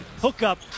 hookup